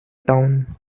town